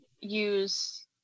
use